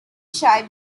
shy